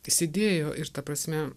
įsidėjo ir ta prasme